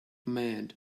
mad